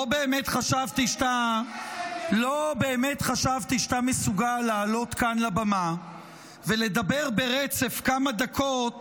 לא באמת חשבתי שאתה מסוגל לעלות כאן לבמה ולדבר ברצף כמה דקות